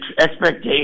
expectations